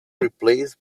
replaced